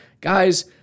guys